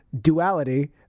duality